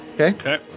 Okay